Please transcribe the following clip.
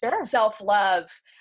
self-love